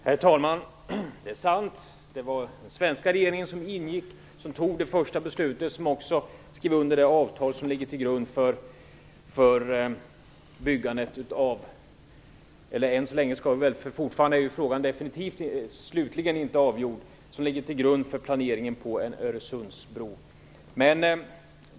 Herr talman! Det är sant. Det var den svenska regeringen som fattade det första beslutet och som också skrev under det avtal som ligger till grund för byggandet av Öresundsbron. Men frågan är ju än så länge inte slutligt avgjord.